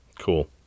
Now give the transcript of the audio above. Cool